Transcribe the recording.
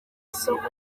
isoko